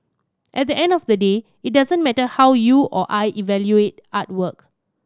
at the end of the day it doesn't matter how you or I evaluate artwork